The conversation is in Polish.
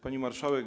Pani Marszałek!